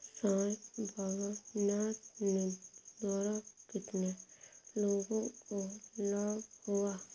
साई बाबा न्यास निधि द्वारा कितने लोगों को लाभ हुआ?